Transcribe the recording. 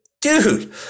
dude